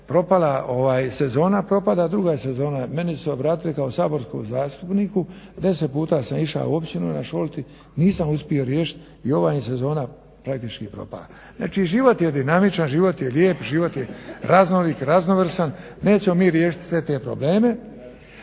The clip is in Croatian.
Propala sezona, propada druga sezona. Meni su se obratili kao saborskom zastupniku, 10 puta sam išao u općinu na Šolti nisam uspio riješiti i ova im sezona praktički propada. Znači život je dinamičan, život je lijep, raznolik, raznovrstan. Nećemo mi riješiti sve te probleme